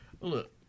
look